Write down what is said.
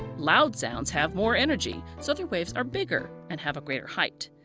loud sounds have more energy, so the waves are bigger and have a greater height.